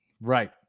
Right